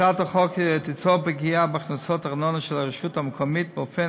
הצעת החוק תיצור פגיעה בהכנסות הארנונה של הרשות המקומית באופן